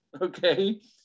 okay